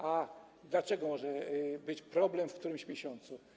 A dlaczego może być problem w którymś miesiącu?